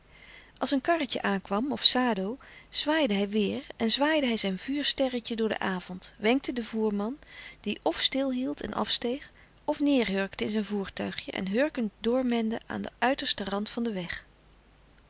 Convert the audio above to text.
als een karretje aankwam of sado zwaaide hij weêr en zwaaide hij zijn vuursterretje door den avond wenkte den voerman die f stil hield en afsteeg f neêrhurkte in zijn voertuigje louis couperus de stille kracht en hurkend doormende aan den uitersten rand van den weg